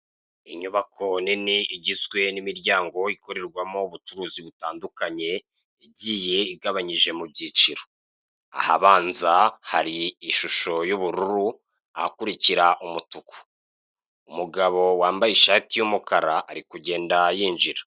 Inyubako nini igizwe n'imiryango ikorerwamo ubucuruzi butandukanye igiye igabanyije mu byiciro. Ahabanza hari ishusho y'ubururu, ahakurikira umutuku. Umugabo wambaye ishati y'umukara ari kugenda yinjira.